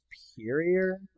superior